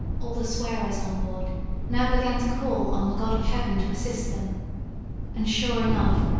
all the swearers on board now began to call on the god of heaven to assist them and, sure enough,